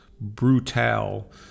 Brutal